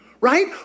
Right